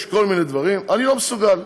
יש כל מיני דברים, אני לא מסוגל,